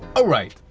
ah right.